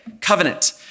Covenant